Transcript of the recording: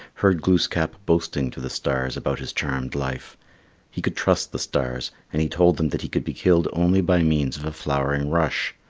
heard glooskap boasting to the stars about his charmed life he could trust the stars, and he told them that he could be killed only by means of a flowering rush.